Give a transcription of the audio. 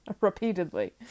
repeatedly